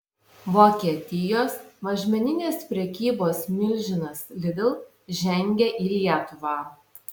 vokietijos mažmeninės prekybos milžinas lidl žengia į lietuvą